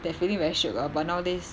that feeling very shiok ah but nowadays